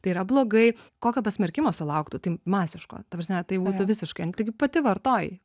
tai yra blogai kokio pasmerkimo sulauktų tai masiško ta prasme tai būtų visiškai taigi pati vartoji